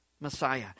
Messiah